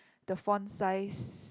the font size